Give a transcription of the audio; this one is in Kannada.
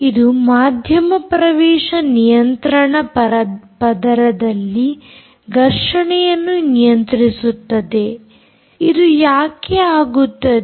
ಇದು ಮಾಧ್ಯಮ ಪ್ರವೇಶ ನಿಯಂತ್ರಣ ಪದರದಲ್ಲಿ ಘರ್ಷಣೆಯನ್ನು ನಿಯಂತ್ರಿಸುತ್ತದೆ ಇದು ಯಾಕೆ ಆಗುತ್ತದೆ